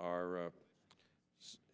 are